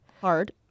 hard